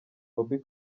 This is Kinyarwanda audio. bobbi